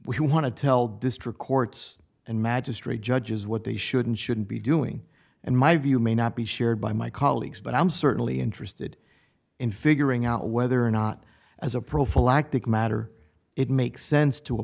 we want to tell district courts and magistrate judges what they should and shouldn't be doing and my view may not be shared by my colleagues but i'm certainly interested in figuring out whether or not as a prophylactic matter it makes sense to a